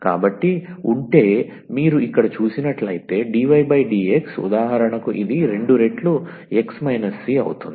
కాబట్టి ఉంటే మీరు ఇక్కడ చూసినట్లైతే dydx ఉదాహరణకు ఇది రెండు రెట్లు x c అవుతుంది